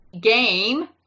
game